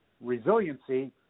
resiliency